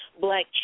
black